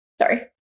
Sorry